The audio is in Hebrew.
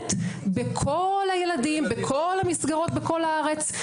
מובחנת בכל הילדים, בכל המסגרות בכל הארץ?